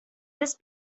this